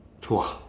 !wah!